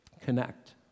connect